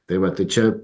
tai va tai čia